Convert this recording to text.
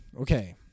Okay